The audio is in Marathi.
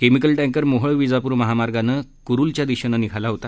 केमिकल टँकर मोहोळ विजापूर महामार्गाने कुरुलच्या दिशेने निघाला होता